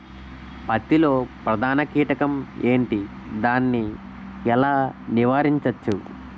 పత్తి లో ప్రధాన కీటకం ఎంటి? దాని ఎలా నీవారించచ్చు?